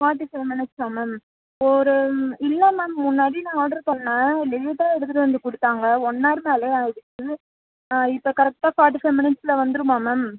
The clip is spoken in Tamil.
ஃபாட்டி ஃபைவ் மினிட்ஸா மேம் ஒரு இல்லை மேம் முன்னாடி நான் ஆட்ரு பண்ணுணேன் லேட்டாக எடுத்துகிட்டு வந்து கொடுத்தாங்க ஒன் அவர் மேலே ஆகிடுச்சு இப்போ கரெக்டா ஃபாட்டி ஃபைவ் மினிட்ஸ்யில் வந்துருமா மேம்